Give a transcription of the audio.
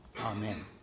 Amen